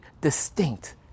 distinct